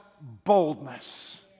boldness